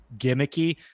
gimmicky